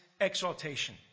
exaltation